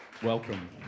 Welcome